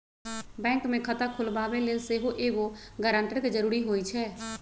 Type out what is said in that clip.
bank में खता खोलबाबे लेल सेहो एगो गरानटर के जरूरी होइ छै